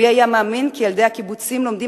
מי היה מאמין כי ילדי הקיבוצים לומדים